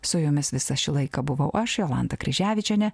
su jumis visą šį laiką buvau aš jolanta kryževičienė